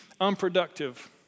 unproductive